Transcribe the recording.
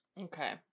Okay